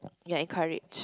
you're encouraged